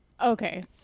okay